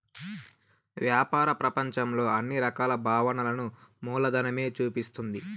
వ్యాపార ప్రపంచంలో అన్ని రకాల భావనలను మూలధనమే చూపిస్తుంది